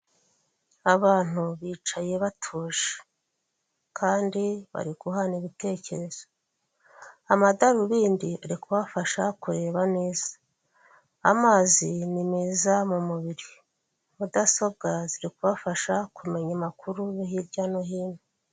Abantu bicaye batuje kandi bari guhana ibitekerezo, amadarubindi ari kubafasha kureba neza, amazi ni meza mu mubiri, mudasobwa ziri kubafasha kumenya amakuru hirya no hino.